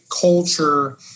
culture